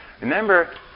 Remember